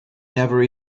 never